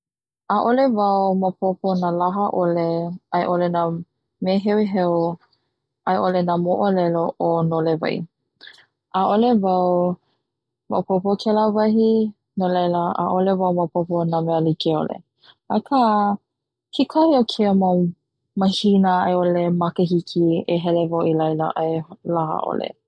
ʻAʻole wau maopopo na lahaʻole aiʻole na meheuheu ai'ole na mo'olelo o nolewai, 'a'ole wau maopopo kela wahi no laila 'a'ole au maopopo na mea like'ole aka kekahi o keia mau mahina ai'ole makahiki e hele wau i laila a laha'ole.